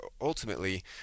ultimately